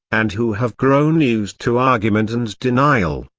and who have grown used to argument and denial.